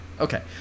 Okay